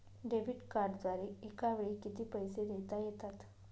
Debit कार्डद्वारे एकावेळी किती पैसे देता येतात?